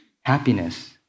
happiness